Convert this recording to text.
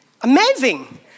Amazing